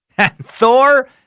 Thor